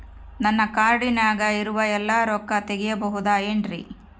ನನ್ನ ಕಾರ್ಡಿನಾಗ ಇರುವ ಎಲ್ಲಾ ರೊಕ್ಕ ತೆಗೆಯಬಹುದು ಏನ್ರಿ?